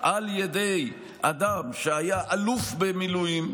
על ידי אדם שהיה אלוף במילואים.